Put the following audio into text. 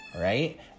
Right